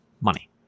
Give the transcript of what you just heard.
money